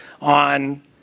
on